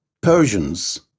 Persians